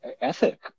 ethic